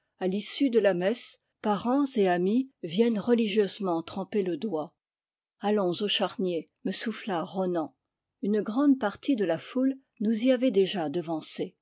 à l'issue de la messe parents et amis viennent religieusement tremper le doigt allons au charnier me souffla ronan une grande partie de la foule nous y avait déjà devancés